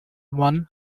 one